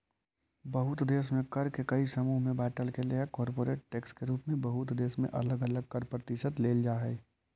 बहुते देश में कर के कई समूह में बांटल गेलइ हे कॉरपोरेट टैक्स के रूप में बहुत देश में अलग अलग कर प्रतिशत लेल जा हई